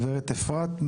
גברת אפרת,